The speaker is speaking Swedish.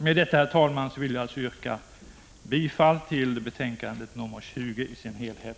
Med detta, herr talman, vill jag yrka bifall till hemställan i betänkande 20i dess helhet.